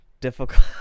difficult